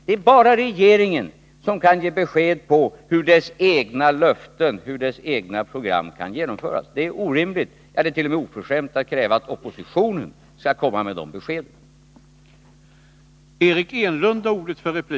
Det är bara regeringen som kan ge besked om hur dess egna löften och program kan genomföras. Det är orimligt, t.o.m. oförskämt, att kräva att oppositionen skall komma med dessa besked.